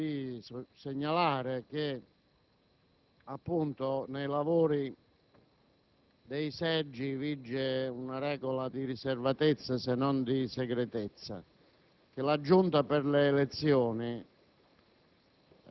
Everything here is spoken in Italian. di segnalare che nei lavori dei seggi vige una regola di riservatezza, se non di segretezza. La Giunta per le elezioni,